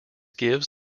gives